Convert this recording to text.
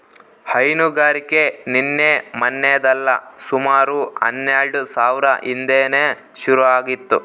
ಹೈನುಗಾರಿಕೆ ನಿನ್ನೆ ಮನ್ನೆದಲ್ಲ ಸುಮಾರು ಹನ್ನೆಲ್ಡು ಸಾವ್ರ ಹಿಂದೇನೆ ಶುರು ಆಗಿತ್ತು